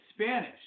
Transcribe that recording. Spanish